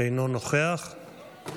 אינו נוכח,